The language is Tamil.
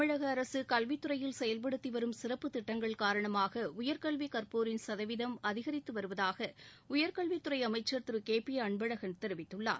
தமிழக அரசு கல்வித்துறையில் செயல்படுத்தி வரும் சிறப்புத் திட்டங்கள் காரணமாக உயர்கல்வி கற்போரின் சதவீதம் அதிகரித்து வருவதாக உயர்கல்வித்துறை அமைச்சர் திரு கே பி அன்பழகன் தெரிவித்துள்ளார்